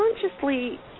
consciously